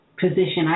position